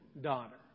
daughter